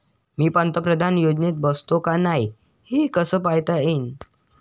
मी पंतप्रधान योजनेत बसतो का नाय, हे कस पायता येईन?